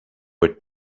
were